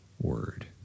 Word